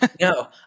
No